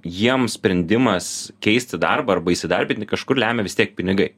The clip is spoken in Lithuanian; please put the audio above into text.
jiem sprendimas keisti darbą arba įsidarbinti kažkur lemia vis tiek pinigai